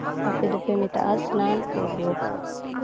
ᱟᱯᱮ ᱫᱚᱯᱮ ᱢᱮᱛᱟᱜᱼᱟ ᱥᱮᱱᱟᱱ ᱠᱚᱨᱵᱚ